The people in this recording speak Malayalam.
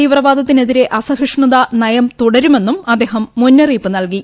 തീവ്രവാദത്തിനെതിരെഅസഹിഷ്ണുതാ നയംതുട രുമെന്നുംഅദ്ദേഹംമുന്നറിയിപ്പ് നൽകി